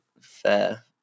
Fair